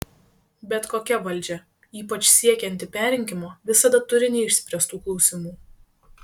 bet kokia valdžia ypač siekianti perrinkimo visada turi neišspręstų klausimų